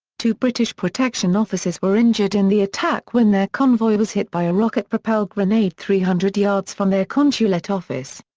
two british protection officers were injured in the attack when their convoy was hit by a rocket-propelled grenade three hundred yards from their consulate office.